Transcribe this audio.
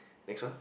next one